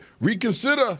Reconsider